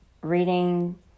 reading